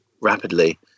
rapidly